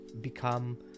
become